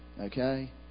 okay